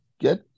get